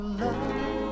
love